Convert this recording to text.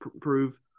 prove